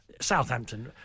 Southampton